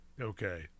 Okay